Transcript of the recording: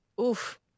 Oof